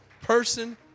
person